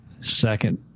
second